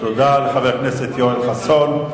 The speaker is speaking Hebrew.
תודה לחבר הכנסת יואל חסון.